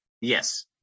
Yes